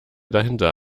dahinter